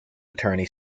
attorney